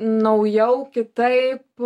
naujau kitaip